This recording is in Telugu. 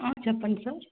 చెప్పండి సార్